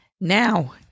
Now